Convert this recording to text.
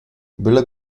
byle